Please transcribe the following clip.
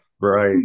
Right